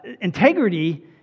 Integrity